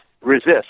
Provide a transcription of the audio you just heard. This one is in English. resist